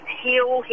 heal